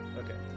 okay